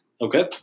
Okay